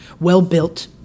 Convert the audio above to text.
well-built